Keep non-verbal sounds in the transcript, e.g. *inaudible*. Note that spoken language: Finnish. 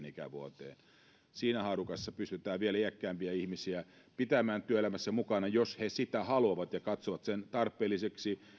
*unintelligible* ikävuoteen ja siinä haarukassa pystytään vielä iäkkäämpiä ihmisiä pitämään työelämässä mukana jos he sitä haluavat ja katsovat sen tarpeelliseksi